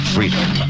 Freedom